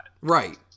Right